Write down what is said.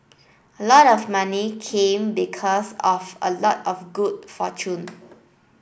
a lot of money came because of a lot of good fortune